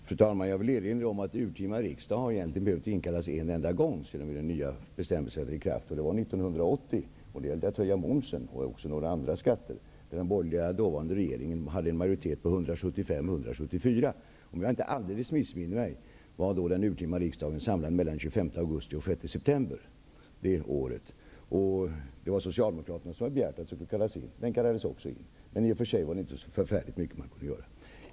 Fru talman! Jag vill erinra om att urtima riksdag egentligen bara har behövt inkallas en enda gång sedan den nya bestämmelsen trädde i kraft. Det var 1980 då det gällde att höja momsen och även några andra skatter. Den dåvarande borgerliga regeringen hade en majoritet på 175 mot 174. Om jag inte alldeles missminner mig var den urtima riksdagen då samlad mellan den 25 augusti och den 6 september det året. Det var Socialdemokraterna som hade begärt att den skulle kallas in, och så skedde också. Men det var i och för sig inte så mycket man kunde göra.